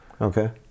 Okay